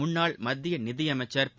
முன்னாள் மத்திய நிதி அமைச்சர் ப